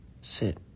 Sit